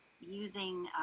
using